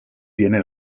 tiene